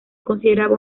consideraba